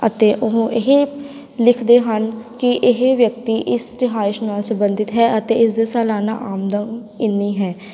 ਅਤੇ ਉਹ ਇਹ ਲਿਖਦੇ ਹਨ ਕਿ ਇਹ ਵਿਅਕਤੀ ਇਸ ਰਿਹਾਇਸ਼ ਨਾਲ ਸੰਬੰਧਿਤ ਹੈ ਅਤੇ ਇਸ ਦੀ ਸਲਾਨਾ ਆਮਦਨ ਇੰਨੀ ਹੈ